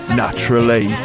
naturally